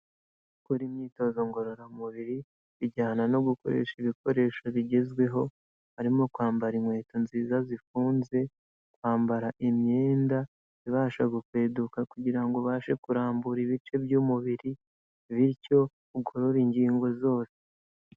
Gukora imyitozo ngororamubiri bijyana no gukoresha ibikoresho bigezweho, harimo kwambara inkweto nziza zifunze, kwambara imyenda ibasha gukweduka kugira ngo ubashe kurambura ibice by'umubiri bityo ugorore ingingo zose.